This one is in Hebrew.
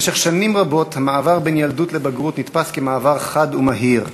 במשך שנים רבות המעבר בין ילדות לבגרות נתפס כמעבר חד ומהיר,